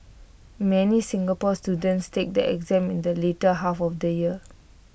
many Singapore students take the exam in the later half of the year